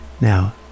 Now